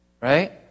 Right